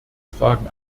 fragen